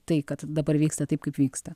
tai kad dabar vyksta taip kaip vyksta